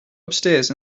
upstairs